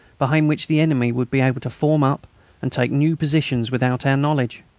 behind which the enemy would be able to form up and take new positions without our knowledge.